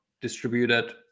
distributed